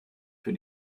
für